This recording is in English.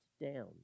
down